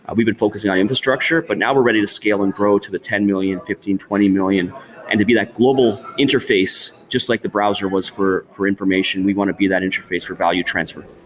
ah we've been focusing on infrastructure, but now we're ready to scale and grow to the ten million, fifteen, twenty million and to be that global interface just like the browser was for for information. we want to be that interface for value transfer.